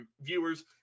viewers